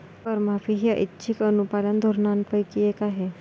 करमाफी ही ऐच्छिक अनुपालन धोरणांपैकी एक आहे